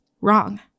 wrong